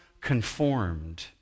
conformed